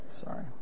Sorry